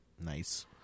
Nice